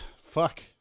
Fuck